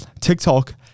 TikTok